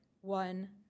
one